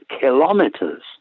kilometers